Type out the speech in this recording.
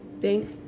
Thank